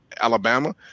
Alabama